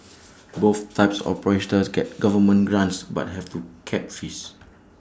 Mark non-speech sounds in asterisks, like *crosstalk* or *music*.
both types of *unintelligible* get government grants but have to cap fees